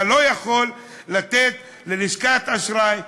אתה לא יכול לתת ללשכת אשראי,